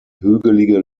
hügelige